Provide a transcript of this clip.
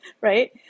Right